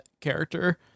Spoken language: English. character